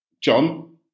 John